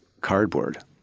cardboard